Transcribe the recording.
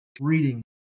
reading